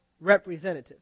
representative